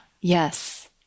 Yes